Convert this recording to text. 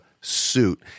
suit